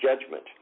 judgment